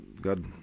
god